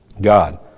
God